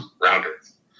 rounders